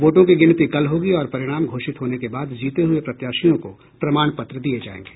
वोटों की गिनती कल होगी और परिणाम घोषित होने के बाद जीते हुए प्रत्याशियों को प्रमाण पत्र दिये जायेंगे